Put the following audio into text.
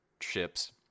ships